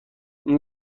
این